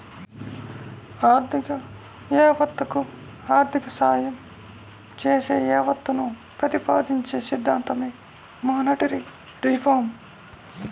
ఆర్థిక యావత్తకు ఆర్థిక సాయం చేసే యావత్తును ప్రతిపాదించే సిద్ధాంతమే మానిటరీ రిఫార్మ్